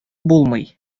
булмый